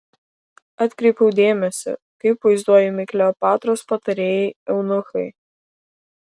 atkreipiau dėmesį kaip vaizduojami kleopatros patarėjai eunuchai